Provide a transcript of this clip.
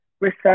research